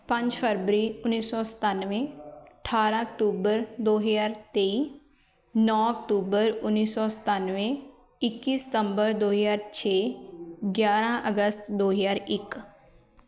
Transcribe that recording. ਪੰਜ ਫਰਵਰੀ ਉੱਨੀ ਸੌ ਸਤਾਨਵੇਂ ਅਠਾਰ੍ਹਾਂ ਅਕਤੂਬਰ ਦੋ ਹਜ਼ਾਰ ਤੇਈ ਨੌ ਅਕਤੂਬਰ ਉੱਨੀ ਸੌ ਸਤਾਨਵੇਂ ਇੱਕੀ ਸਤੰਬਰ ਦੋ ਹਜ਼ਾਰ ਛੇ ਗਿਆਰ੍ਹਾਂ ਅਗਸਤ ਦੋ ਹਜ਼ਾਰ ਇੱਕ